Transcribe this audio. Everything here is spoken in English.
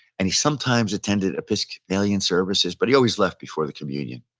and he sometimes attended episcopalian services, but he always left before the communion.